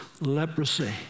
leprosy